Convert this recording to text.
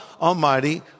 Almighty